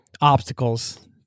obstacles